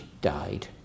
died